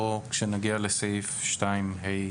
או כשנגיע לסעיף 2(ה)